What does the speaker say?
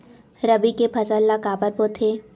रबी के फसल ला काबर बोथे?